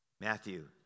Matthew